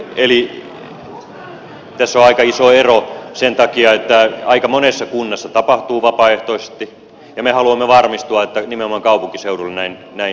eli tässä on aika iso ero sen takia että aika monessa kunnassa tapahtuu vapaaehtoisesti ja me haluamme varmistua että nimenomaan kaupunkiseuduilla näin tapahtuu